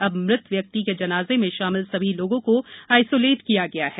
अब मृत व्यक्ति के जनाजे में शामिल सभी लोगों को आईसोलेट किया गया है